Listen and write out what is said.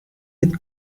with